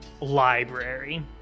library